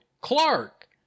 Clark